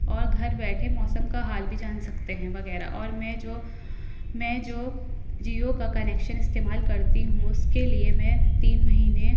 اور گھر بیٹھے موسم کا حال بھی جان سکتے ہیں وغیرہ اور میں جو میں جو جیو کا کنیکشن استعمال کرتی ہوں اس کے لیے میں تین مہینے